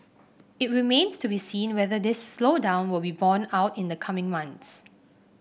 it remains to be seen whether this slowdown will be borne out in the coming months